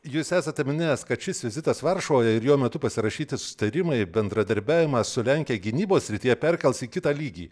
jūs esate minėjęs kad šis vizitas varšuvoje ir jo metu pasirašyti susitarimai bendradarbiavimas su lenkija gynybos srityje perkels į kitą lygį